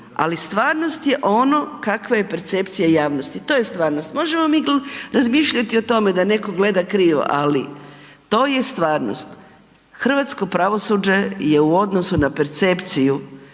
ali stvarnost je ono kakva je percepcija javnosti, to je stvarnost. Možemo mi razmišljati o tome da neko gleda krivo, ali to je stvarnost, hrvatsko pravosuđe je u odnosu na percepciju